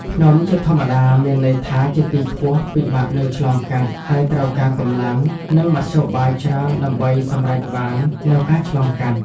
ភ្នំជាធម្មតាមានន័យថាជាទីខ្ពស់ ពិបាកនឹងឆ្លងកាត់ ហើយត្រូវការកម្លាំង និងមធ្យោបាយច្រើនដើម្បីសម្រេចបាននូវការឆ្លងកាត់។